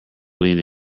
leaned